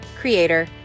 creator